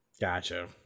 gotcha